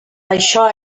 això